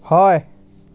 হয়